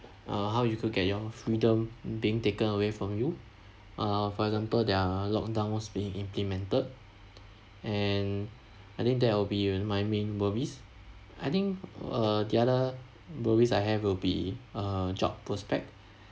uh how you could get your freedom being taken away from you uh for example there are locked downs being implemented and I think that will be my main worries I think uh the other worries I have will be uh job prospect